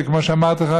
כמו שאמרתי לך,